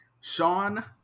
Sean